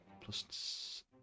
plus